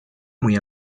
muy